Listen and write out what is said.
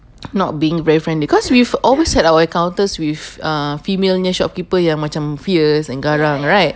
not being very friendly because we've always had our encounters with uh female punya shopkeeper yang macam fierce and garang right